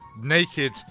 Naked